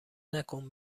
نکن